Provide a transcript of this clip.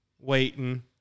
waiting